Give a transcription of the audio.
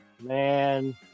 Man